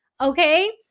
okay